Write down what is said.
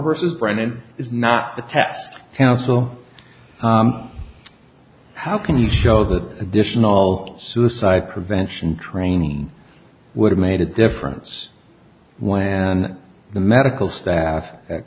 versus brennan is not the test council how can you show that additional suicide prevention training would have made a difference when the medical staff at